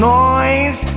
noise